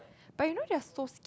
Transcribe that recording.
but you know they're so